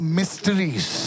mysteries